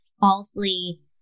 falsely